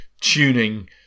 tuning